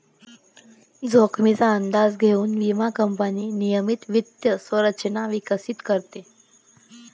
जोखमीचा अंदाज घेऊन विमा कंपनी नियमित वित्त संरचना विकसित करते